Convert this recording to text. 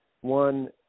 one